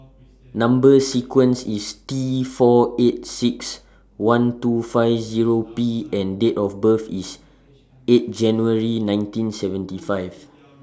Number sequence IS T four eight six one two five Zero P and Date of birth IS eight January nineteen seventy five